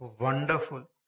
wonderful